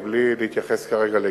מבלי להתייחס כרגע לגופו.